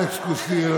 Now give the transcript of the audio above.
אלכס קושניר,